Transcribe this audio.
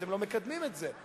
אתם לא מקדמים את זה.